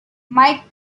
mike